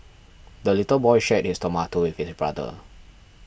the little boy shared his tomato with his brother